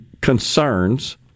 concerns